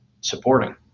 supporting